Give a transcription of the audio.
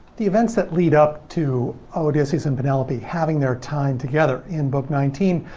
the events that lead up to odysseus and penelope having their time together in book nineteen,